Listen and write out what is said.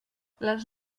les